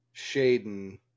Shaden